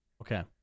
Okay